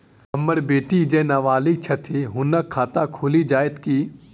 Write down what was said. हम्मर बेटी जेँ नबालिग छथि हुनक खाता खुलि जाइत की?